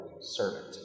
servant